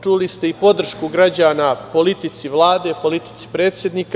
Čuli ste i podršku građana politici Vlade, politici predsednika.